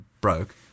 broke